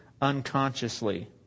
unconsciously